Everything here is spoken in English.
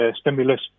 stimulus